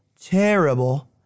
terrible